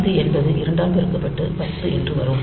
5 என்பது 2 ஆல் பெருக்கப்பட்டு 10 என்று ஆகும்